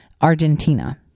Argentina